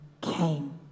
came